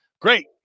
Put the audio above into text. Great